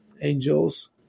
angels